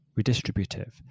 redistributive